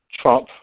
Trump